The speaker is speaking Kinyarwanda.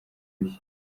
bishya